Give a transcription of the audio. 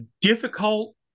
difficult